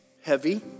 heavy